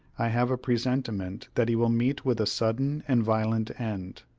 i have a presentiment that he will meet with a sudden and violent end.